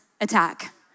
attack